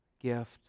gift